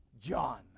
John